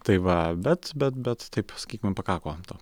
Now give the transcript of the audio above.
tai va bet bet bet taip sakykim pakako to